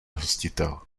hostitel